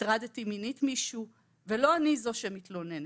הטרדתי מינית מישהו ולא אני זו שמתלוננת.